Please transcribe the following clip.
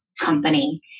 company